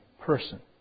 person